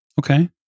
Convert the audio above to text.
Okay